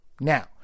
Now